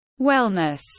Wellness